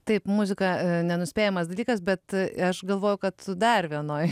taip muzika nenuspėjamas dalykas bet aš galvoju kad dar vienoje